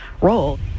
role